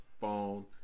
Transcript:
phone